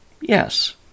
Yes